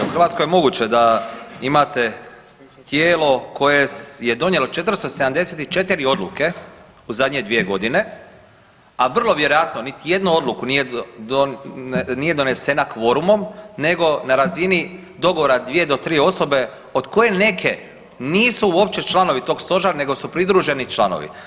U Hrvatskoj je moguće da imate tijelo koje je donijelo 474 odluke u zadnje dvije godine, a vrlo vjerojatno niti jednu odluku nije donesena kvorumom nego na razini 2 do 3 osobe od koje neke nisu uopće članovi tog Stožera nego su pridruženi članovi.